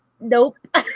Nope